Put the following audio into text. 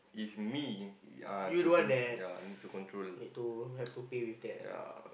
yea it's me uh to con~ yeah need to control yeah